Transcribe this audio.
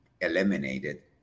eliminated